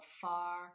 far